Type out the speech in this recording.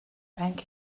bank